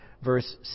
Verse